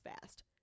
fast